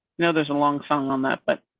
no, there's a long something on that, but.